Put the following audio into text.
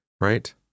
Right